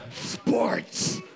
Sports